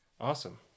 Awesome